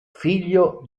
figlio